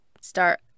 start